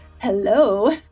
Hello